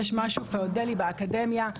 יש משהו פיאודלי באקדמיה.